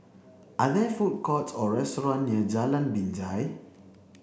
Are there food courts or restaurants near Jalan Binjai